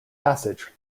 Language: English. passage